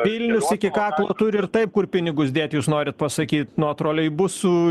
vilnius iki kaklo turi ir taip kur pinigus dėti jūs norit pasakyt nuo troleibusų